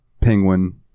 penguin